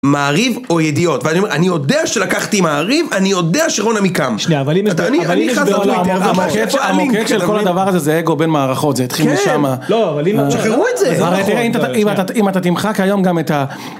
מעריב או ידיעות, ואני אומר, אני יודע שלקחתי מעריב, אני יודע שרונה מכאן. שנייה, אבל אם נדבר, אבל אם נדבר על המוקד של כל הדבר הזה, זה אגו בין מערכות, זה התחיל משמה. לא, אבל אם... שחררו את זה. אם אתה תמחק היום גם את ה...